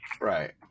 Right